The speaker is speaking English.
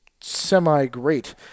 semi-great